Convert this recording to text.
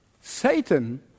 Satan